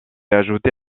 ajouté